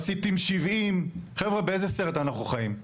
מסיטים 70. חבר'ה באיזה סרט אנחנו חיים?